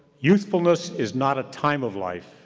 youthfulness is not a time of life,